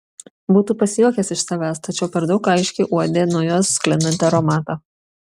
būtų pasijuokęs iš savęs tačiau per daug aiškiai uodė nuo jos sklindantį aromatą